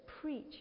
preach